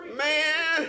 man